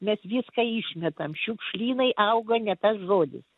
mes viską išmetam šiukšlynai auga ne tas žodis